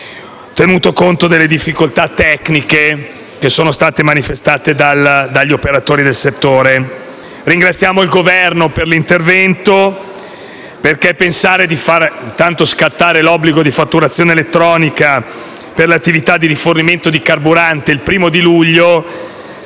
tenuto conto delle difficoltà tecniche che sono state manifestate dagli operatori del settore. Ringraziamo il Governo per l'intervento perché, intanto, pensare di far scattare l'obbligo di fatturazione elettronica per l'attività di rifornimento di carburante il 1° luglio